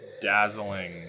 dazzling